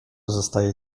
zostaje